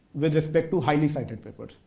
with respect to highly cited papers.